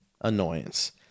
annoyance